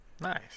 Nice